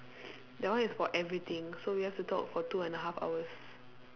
that one is for everything so we have to talk for two and a half hours